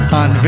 on